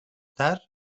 tard